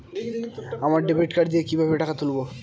আমরা debit card দিয়ে কিভাবে টাকা তুলবো?